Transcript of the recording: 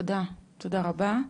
תודה רבה.